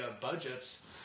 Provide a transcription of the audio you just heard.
budgets